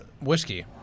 whiskey